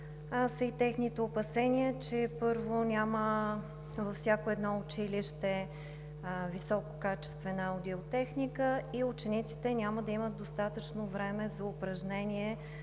са и техните опасения, че, първо, във всяко едно училище няма висококачествена аудиотехника и учениците няма да имат достатъчно време за упражнение